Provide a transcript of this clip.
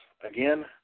again